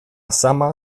sama